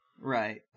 Right